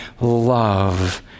love